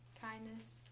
Kindness